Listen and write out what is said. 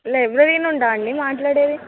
library నుండండి మాట్లాడేది